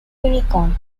unicorn